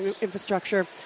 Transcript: infrastructure